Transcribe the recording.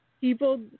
people